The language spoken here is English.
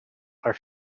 are